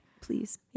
please